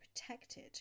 protected